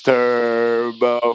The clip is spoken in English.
Turbo